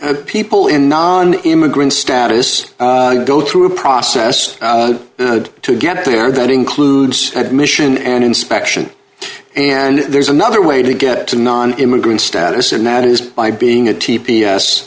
at people in non immigrant status go through a process to get there that includes admission and inspection and there's another way to get to non immigrant status and that is by being a t p s